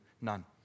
None